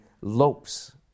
lopes